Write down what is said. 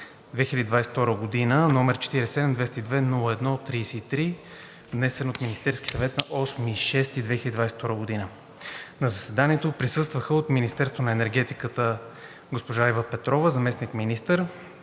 2022 г., № 47-202-01-33, внесен от Министерския съвет на 8 юни 2022 г. На заседанието присъстваха – от Министерството на енергетиката: Ива Петрова – заместник-министър,